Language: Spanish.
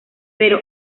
pero